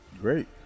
Great